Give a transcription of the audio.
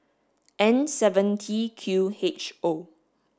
N seven T Q H O